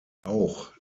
auch